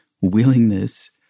willingness